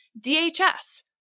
DHS